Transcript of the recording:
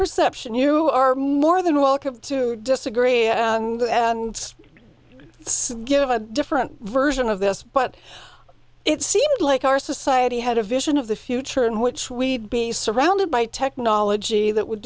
perception you are more than welcome to disagree and let's give a different version of this but it seemed like our society had a vision of the future in which we'd be surrounded by technology that would